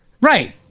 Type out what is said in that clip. Right